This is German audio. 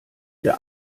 der